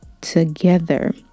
together